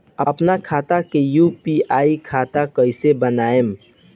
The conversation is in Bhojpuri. आपन खाता के यू.पी.आई खाता कईसे बनाएम?